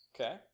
Okay